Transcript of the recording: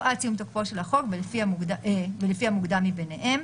עד סיום תוקפו של החוק ולפי המוקדם מביניהם.